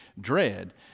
dread